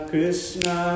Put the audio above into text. Krishna